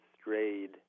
strayed